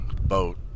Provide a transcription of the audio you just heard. boat